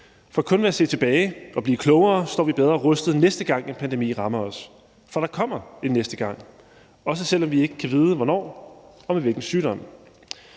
For kun ved at se tilbage og blive klogere står vi bedre rustet, næste gang en pandemi rammer os. For der kommer en næste gang, også selv om vi ikke kan vide hvornår og med hvilken sygdom.